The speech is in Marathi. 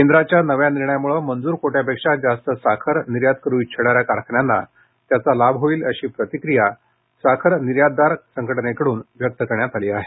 केंद्राच्या नव्या निर्णयामुळं मंजूर कोट्यापेक्षा जास्त साखर निर्यात करू इच्छिणाऱ्या कारखान्यांना त्याचा फायदा होणार असल्याची प्रतिक्रिया साखर निर्यातदार संघटनेकडून व्यक्त करण्यात आली आहे